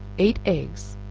eight eggs,